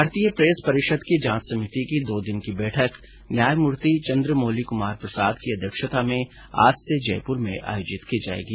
भारतीय प्रेस परिषद की जांच समिति की दो दिन की बैठक न्यायमूर्ति चंद्रमौलि कुमार प्रसाद की अध्यक्षता में आज से जयपुर में आयोजित की जाएगी